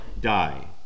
die